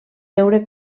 veure